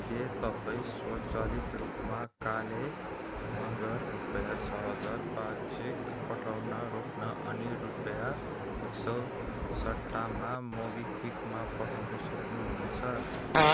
के तपाईँ स्वचालित रूपमा काले मँगर रुपियाँ छ हजार पाँच चेक पठाउन रोक्न अनि रुपियाँ एक सौ सट्टामा मोबिक्विकमा पठाउनु सक्नुहुन्छ